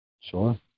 Sure